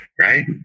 right